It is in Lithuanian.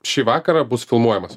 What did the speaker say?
šį vakarą bus filmuojamas